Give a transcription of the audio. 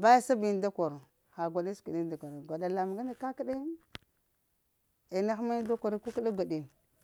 vaŋe sab yiŋ da koro ha gwaɗa sidi gwaɗa lamun ŋgan kakəɗa yiŋ ane hə da kori kukəɗa gwaɗini